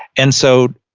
and so,